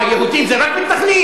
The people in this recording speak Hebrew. מה, יהודים זה רק מתנחלים?